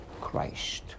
Christ